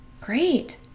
Great